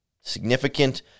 significant